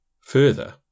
further